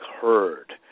heard